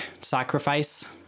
Sacrifice